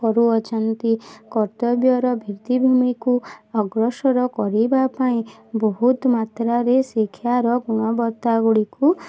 କରୁଅଛନ୍ତି କର୍ତ୍ତବ୍ୟର ଭିତ୍ତିଭୂମିକୁ ଅଗ୍ରସର କରିବା ପାଇଁ ବହୁତ ମାତ୍ରାରେ ଶିକ୍ଷାର ଗୁଣବତ୍ତା ଗୁଡ଼ିକୁ